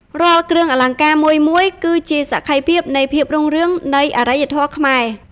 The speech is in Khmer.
រាល់គ្រឿងអលង្ការមួយៗ គឺជាសក្ខីភាពនៃភាពរុងរឿងនៃអរិយធម៌ខ្មែរ។